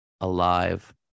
alive